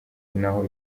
naho